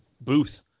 booth